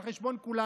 על חשבון כולנו.